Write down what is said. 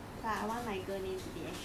ya lor that's what I say he don't want